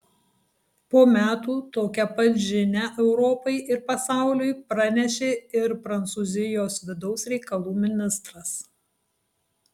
po metų tokią pat žinią europai ir pasauliui pranešė ir prancūzijos vidaus reikalų ministras